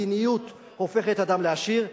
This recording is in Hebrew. מדיניות הופכת אדם לעשיר,